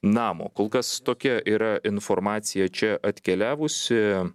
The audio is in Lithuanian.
namo kol kas tokia yra informacija čia atkeliavusi